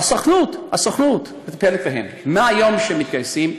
והסוכנות מטפלת בהם מהיום שהם מתגייסים.